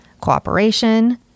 cooperation